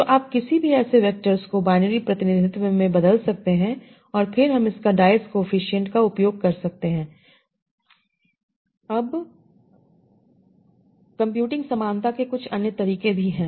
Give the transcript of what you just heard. तो आप किसी भी ऐसे वेक्टर्स को बाइनरी प्रतिनिधित्व में बदल सकते हैं और फिर इस डाइस कोएफिसिएंट का उपयोग कर सकते हैं अब कंप्यूटिंग समानता के कुछ अन्य तरीके भी हैं